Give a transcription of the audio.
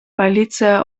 полиция